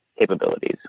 capabilities